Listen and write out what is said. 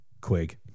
Quig